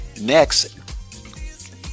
next